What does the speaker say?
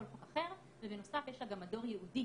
כל חוק אחר ובנוסף יש לה גם מדור ייעודי